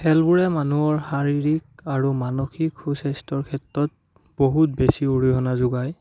খেলবোৰে মানুহৰ শাৰীৰিক আৰু মানসিক সু স্বাস্থ্যৰ ক্ষেত্ৰত বহুত বেছি অৰিহণা যোগায়